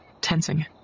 Tensing